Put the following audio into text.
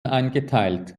eingeteilt